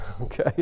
Okay